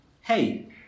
hey